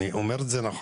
אני אומר את זה נכון?